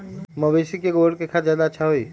मवेसी के गोबर के खाद ज्यादा अच्छा होई?